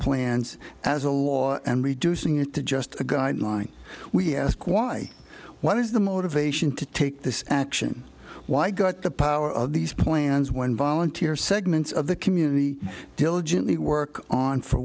plans as a law and reducing it to just a guideline we ask why what is the motivation to take this action why got the power of these plans when volunteer segments of the community diligently work on for